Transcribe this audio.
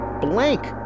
blank